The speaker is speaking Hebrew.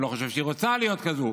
אני לא חושב שהיא רוצה להיות כזאת,